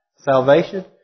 salvation